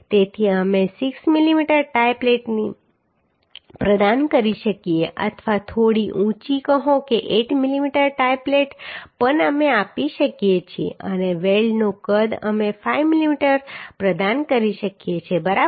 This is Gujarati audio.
તેથી અમે 6 mm ટાઈ પ્લેટ પ્રદાન કરી શકીએ અથવા થોડી ઊંચી કહો કે 8 mm ટાઈ પ્લેટ પણ અમે આપી શકીએ છીએ અને વેલ્ડનું કદ અમે 5 mm પ્રદાન કરી શકીએ છીએ બરાબર